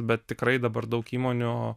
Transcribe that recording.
bet tikrai dabar daug įmonių